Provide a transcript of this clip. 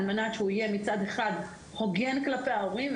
על מנת שמצד אחד הוא יהיה הוגן כלפי ההורים,